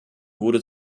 wurde